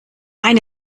eine